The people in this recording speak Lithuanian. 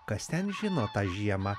kas ten žino tą žiemą